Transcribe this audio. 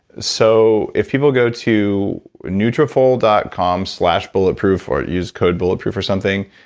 so if people go to nutrafol dot com slash bulletproof, or use code bulletproof or something,